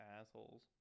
assholes